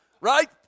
right